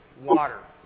water